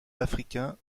africain